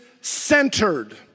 centered